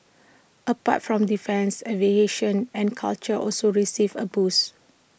apart from defence aviation and culture also received A boost